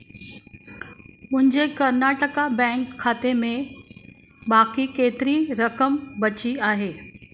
मुंहिंजे कर्नाटका बैंक खाते में बाक़ी केतिरी रक़म बची आहे